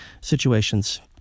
situations